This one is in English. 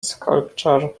sculptor